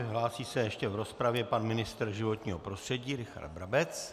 Hlásí se ještě v rozpravě pan ministr životního prostředí Richard Brabec.